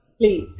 Please